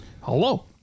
Hello